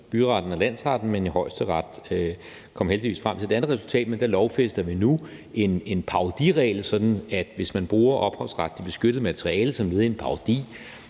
byretten og landsretten, men højesteret kom heldigvis frem til et andet resultat. Men der lovfæster vi nu en parodiregel, sådan at hvis man bruger ophavsretligt beskyttet materiale som led i en parodi,